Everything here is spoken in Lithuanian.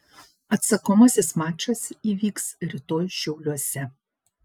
atsakomasis mačas įvyks rytoj šiauliuose